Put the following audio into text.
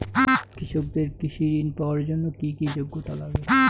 কৃষকদের কৃষি ঋণ পাওয়ার জন্য কী কী যোগ্যতা লাগে?